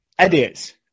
Idiots